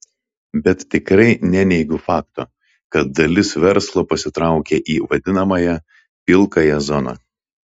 bet tikrai neneigiu fakto kad dalis verslo pasitraukė į vadinamąją pilkąją zoną